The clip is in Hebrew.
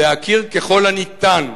להכיר ככל הניתן.